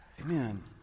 Amen